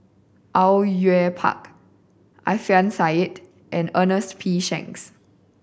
Au Yue Pak Alfian Sa'at and Ernest P Shanks